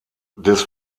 des